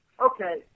Okay